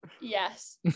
Yes